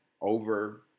over